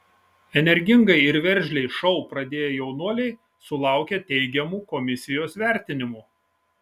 energingai ir veržliai šou pradėję jaunuoliai sulaukė teigiamų komisijos vertinimų